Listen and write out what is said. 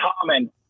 common